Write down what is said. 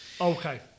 Okay